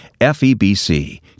FEBC